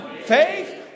faith